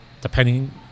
depending